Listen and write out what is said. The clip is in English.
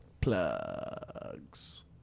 Plugs